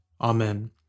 Amen